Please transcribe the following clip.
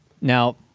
Now